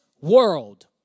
world